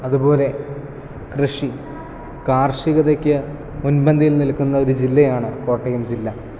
അതുപോലെ കൃഷി കാർഷികതക്ക് മുൻപന്തിയിൽ നിൽക്കുന്ന ഒരു ജില്ലയാണ് കോട്ടയം ജില്ല